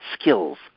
skills